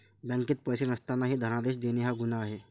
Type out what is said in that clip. बँकेत पैसे नसतानाही धनादेश देणे हा गुन्हा आहे